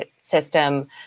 system